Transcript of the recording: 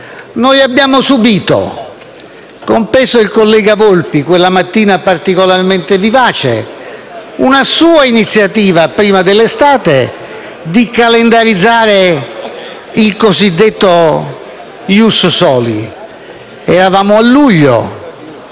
Noi abbiamo subìto, compreso il collega Volpi, in una mattina particolarmente vivace, la sua iniziativa prima dell'estate di calendarizzare il cosiddetto *ius soli*. Eravamo a luglio: